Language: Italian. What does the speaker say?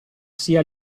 sia